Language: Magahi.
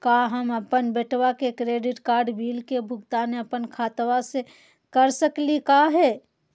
का हम अपन बेटवा के क्रेडिट कार्ड बिल के भुगतान अपन खाता स कर सकली का हे?